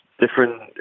different